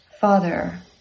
Father